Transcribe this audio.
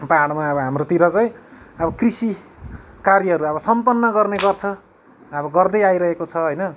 पहाडमा हाम्रोतिर चाहिँ अब कृषि कार्यहरू अब सम्पन्न गर्नेगर्छ अब गर्दै आइरहेको छ होइन